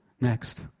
Next